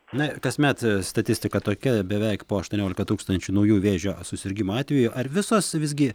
na kasmet statistika tokia beveik po aštuoniolika tūkstančių naujų vėžio susirgimo atvejų ar visos visgi